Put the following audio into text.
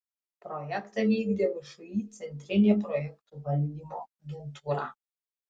projektą vykdė všį centrinė projektų valdymo agentūra